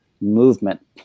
movement